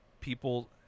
people